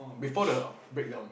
or before the break down